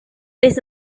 this